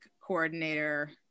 coordinator